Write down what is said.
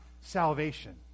salvation